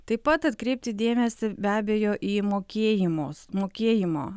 taip pat atkreipti dėmesį be abejo į mokėjimus mokėjimo